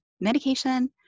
medication